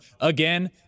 again